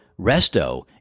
Resto